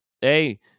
hey